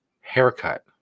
haircut